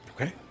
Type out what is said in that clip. Okay